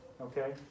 Okay